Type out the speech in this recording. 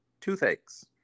toothaches